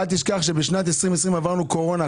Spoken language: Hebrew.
אל תשכח שבשנת 2020 עברנו קורונה.